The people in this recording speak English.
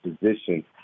position